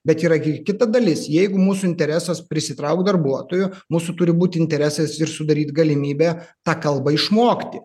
bet yra gi kita dalis jeigu mūsų interesas prisitraukt darbuotojų mūsų turi būt interesas ir sudaryt galimybę tą kalbą išmokti